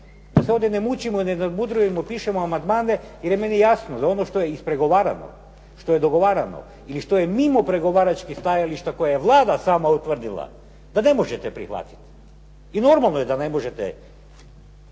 Da se ovdje ne mučimo i ne nadmudrujemo, pišemo amandmane jer je meni jasno za ono što je ispregovarano, što je dogovarano, ili što je mimo pregovaračkih stajališta koje je Vlada sama utvrdila, da ne možete prihvatiti i normalno je da ne možete